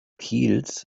kiels